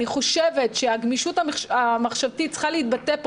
אני חושבת שהגמישות המחשבתית צריכה להתבטא פה